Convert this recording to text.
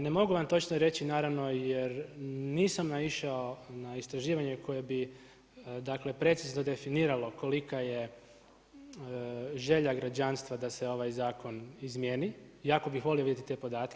Ne mogu vam točno reći naravno jer nisam naišao na istraživanje koje bi dakle precizno definiralo kolika je želja građanstva da se ovaj zakon izmjeni, jako bih volio vidjeti te podatke.